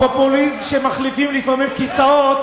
כשמחליפים לפעמים כיסאות,